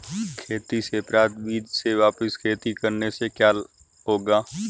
खेती से प्राप्त बीज से वापिस खेती करने से क्या होगा?